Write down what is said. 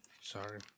Sorry